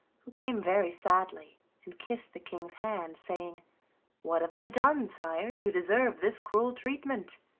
who came very sadly and kissed the king's hand, saying what have i done, sire, to deserve this cruel treatment?